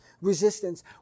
Resistance